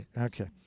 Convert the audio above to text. okay